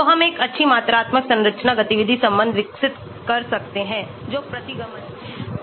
तो हम एक अच्छी मात्रात्मक संरचना गतिविधि संबंध विकसित कर सकते हैं जो प्रतिगमन है